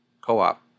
co-op